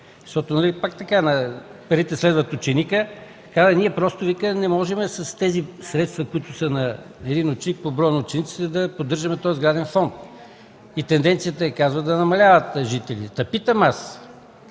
фонд, защото парите следват ученика. Каза: „Ние просто не можем с тези средства, които са на един ученик, по броя на учениците да поддържаме този сграден фонд, а тенденцията е да намаляват жителите”. Та питам аз: